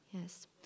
Yes